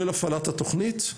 של הפעלת התוכנית.